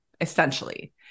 essentially